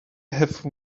have